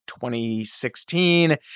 2016